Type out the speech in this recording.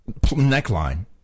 neckline